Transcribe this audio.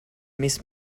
miss